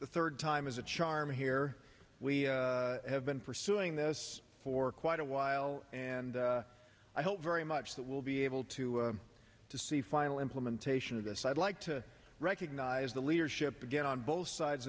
the third time is a charm here we have been pursuing this for quite a while and i hope very much that will be able to to see final implementation of this i'd like to recognize the leadership again on both sides